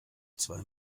zwei